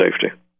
safety